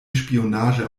spionage